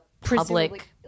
public